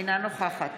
אינה נוכחת